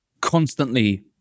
Constantly